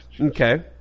Okay